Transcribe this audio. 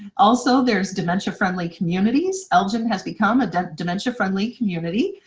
also there's dementia friendly communities, elgin has become a dementia friendly community,